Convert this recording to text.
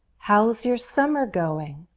how's your summer going?